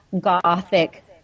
gothic